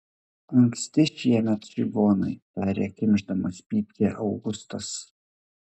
anksti šiemet čigonai tarė kimšdamas pypkę augustas